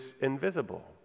invisible